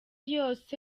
yose